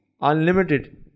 unlimited